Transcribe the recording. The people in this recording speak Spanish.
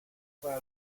para